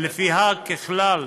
ולפיה ככלל,